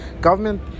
government